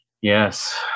Yes